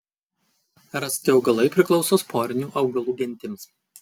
rasti augalai priklauso sporinių augalų gentims